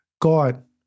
God